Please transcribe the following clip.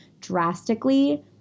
drastically